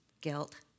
guilt